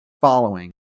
following